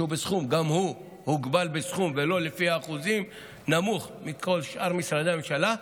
שגם הוא הוגבל בסכום ולא לפי אחוזים ונמוך מכל שאר משרדי הממשלה,